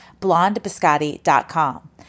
BlondeBiscotti.com